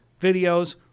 videos